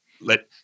let